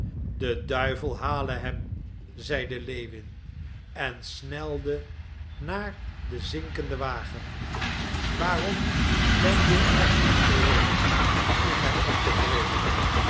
de duivel hale hem zeide lewin en snelde naar den zinkenden wagen waarom ben je er in gereden vroeg hij ontevreden